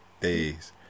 days